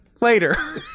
later